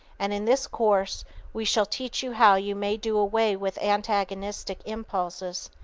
and in this course we shall teach you how you may do away with antagonistic impulses,